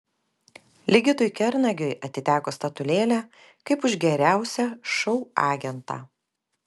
ligitui kernagiui atiteko statulėlė kaip už geriausią šou agentą